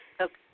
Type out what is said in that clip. Okay